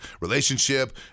relationship